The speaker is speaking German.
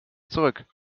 zurück